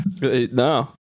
No